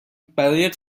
برای